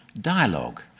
dialogue